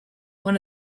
one